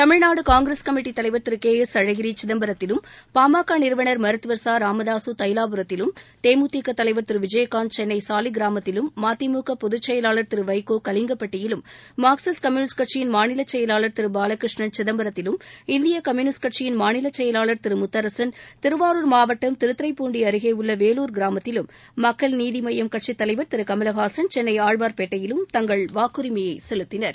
Tamil Nadu Congress committee தலைவர் திரு K S Alagiri சிதம்பரத்திலும் பாமக நிறுவனர் மருத்துவர் ச ராமதாசு தைலாபுரத்திலும் தேமுதிக தலைவர் திரு விஜயகாந்த் சென்னை சாலிக்கிராமத்திலும் மதிமுக பொதுச்செயலாளர் திரு வைகோ கலிங்கப்பட்டியிலும் மார்க்சிஸ்ட் கம்யூனிஸ்ட் கட்சியின் மாநில செயலாளா் திரு பாலகிருஷ்ணன் சிதம்பரத்திலும் இந்திய கம்யுனிஸ்ட் கட்சியியன் மாநில செயலாளர் திரு முத்தரசன் திருவாரூர் மாவட்டம் திருத்துரைப்பூண்டி அருகே உள்ள வேலூர் கிராமத்திலும் மக்கள் நீதி மையம் கட்சித் தலைவர் திரு கமலஹாசன் சென்னை ஆழ்வார்பேட்டையிலும் தங்கள் வாக்குரிமைய செலுத்தினர்